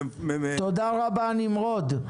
תודה רבה, נמרוד.